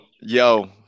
Yo